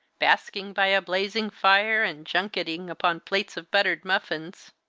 basking by a blazing fire, and junketing upon plates of buttered muffins!